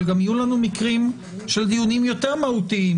אבל יהיו לנו מקרים של דיונים יותר מהותיים,